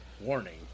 Warning